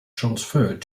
transferred